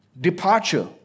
departure